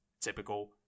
typical